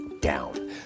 down